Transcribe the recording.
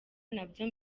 nabyo